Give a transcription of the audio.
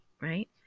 right